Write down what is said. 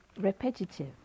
repetitive